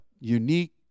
unique